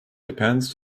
depends